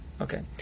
Okay